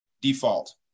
default